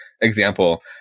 example